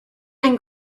and